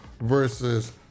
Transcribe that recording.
versus